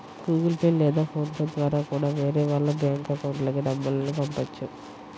Google pay లేదా PhonePe ద్వారా కూడా వేరే వాళ్ళ బ్యేంకు అకౌంట్లకి డబ్బుల్ని పంపొచ్చు